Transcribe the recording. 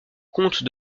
comte